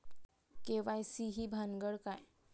KYC ही भानगड काय?